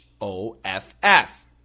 O-F-F